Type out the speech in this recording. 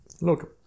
Look